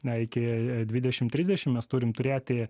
na iki dvidešim trisdešim mes turim turėti